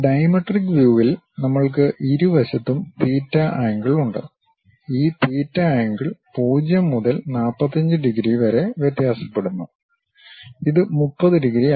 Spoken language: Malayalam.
ഡൈമെട്രിക് വ്യൂവിൽ നമ്മൾക്ക് ഇരുവശത്തും തീറ്റ ആംഗിൾ ഉണ്ട് ഈ തീറ്റ ആംഗിൾ 0 മുതൽ 45 ഡിഗ്രി വരെ വ്യത്യാസപ്പെടുന്നു ഇത് 30 ഡിഗ്രി അല്ല